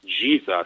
Jesus